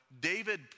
David